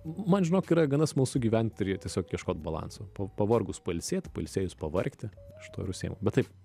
man žinok yra gana smalsu gyvent ir ji tiesiog ieškot balanso pavargus pailsėt pailsėjus pavargti aš tuo ir užsiimu bet taip